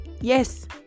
yes